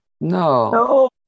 No